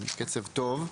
טוב,